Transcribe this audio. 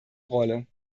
rolle